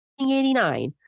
1989